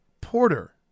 Porter